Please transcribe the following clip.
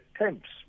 attempts